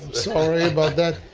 sorry about that.